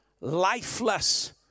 lifeless